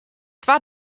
twa